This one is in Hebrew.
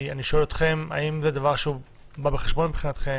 אני שואל אתכם אם זה דבר שבא בחשבון מבחינתכם,